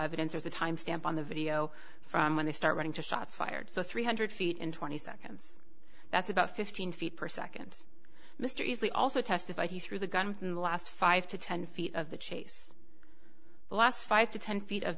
evidence there's a timestamp on the video from when they start running to shots fired so three hundred feet in twenty seconds that's about fifteen feet per second mr easley also testified he threw the gun in the last five to ten feet of the chase the last five to ten feet of